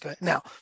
Now